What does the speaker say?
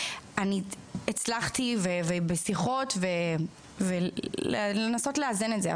אבל הצלחתי בשיחות לנסות לאזן את זה.